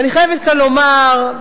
אני חייבת כאן לומר,